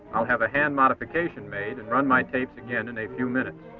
i'll have a hand modification made and run my tapes again in a few minutes.